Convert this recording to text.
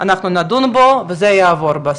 אנחנו נדון בו וזה יעבור בסוף.